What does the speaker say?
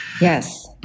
Yes